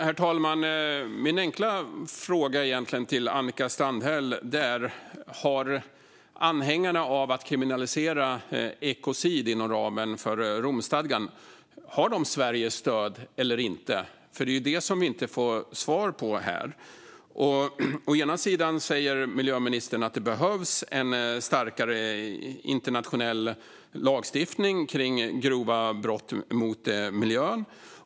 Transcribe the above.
Herr talman! Min enkla fråga till Annika Strandhäll är egentligen: Har anhängarna av att kriminalisera ekocid inom ramen för Romstadgan Sveriges stöd eller inte? Det är ju det vi inte får svar på här. Å ena sidan säger klimat och miljöministern att det behövs starkare internationell lagstiftning kring grova brott mot miljön.